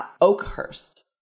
Oakhurst